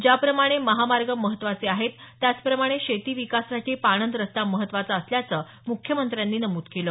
ज्याप्रमाणे महामार्ग महत्वाचे आहेत त्याचप्रमाणे शेती विकासासाठी पाणंद रस्ता महत्वाचा असल्याचं त्यांनी नमूद केलं